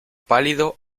pálido